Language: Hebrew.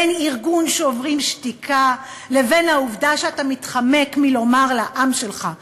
בין ארגון "שוברים שתיקה" לבין העובדה שאתה מתחמק מלומר לעם שלך,